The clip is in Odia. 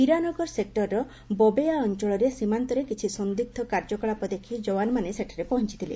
ହୀରାନଗର ସେକ୍ଟରର ବବେୟା ଅଞ୍ଚଳରେ ସୀମାନ୍ତରେ କିଛି ସନ୍ଦିଗ୍ଧ କାର୍ଯ୍ୟକଳାପ ଦେଖି ଯବାନମାନେ ସେଠାରେ ପହଞ୍ଚଥିଲେ